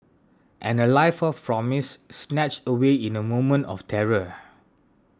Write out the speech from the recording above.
and a life of promise snatched away in a moment of terror